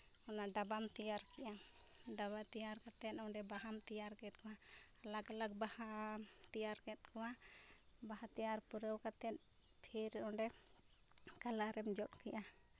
ᱚᱱᱟ ᱰᱟᱵᱟᱢ ᱛᱮᱭᱟᱨ ᱠᱮᱜᱼᱟ ᱰᱟᱵᱟ ᱛᱮᱭᱟᱨ ᱠᱟᱛᱮᱫ ᱚᱸᱰᱮ ᱵᱟᱦᱟᱢ ᱛᱮᱭᱟᱨ ᱠᱮᱫᱼᱟ ᱞᱟᱠ ᱞᱟᱠ ᱵᱟᱦᱟ ᱛᱮᱭᱟᱨ ᱠᱮᱫ ᱠᱚᱣᱟ ᱵᱟᱦᱟ ᱛᱮᱭᱟᱨ ᱯᱩᱨᱟᱹᱣ ᱠᱟᱛᱮᱫ ᱯᱷᱤᱨ ᱚᱸᱰᱮ ᱠᱟᱞᱟᱨᱮᱢ ᱡᱚᱫ ᱠᱮᱜᱼᱟ